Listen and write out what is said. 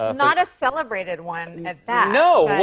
um not a celebrated one at that. no. well,